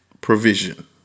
provision